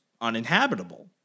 uninhabitable